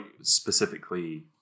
specifically